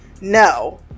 no